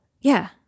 yeah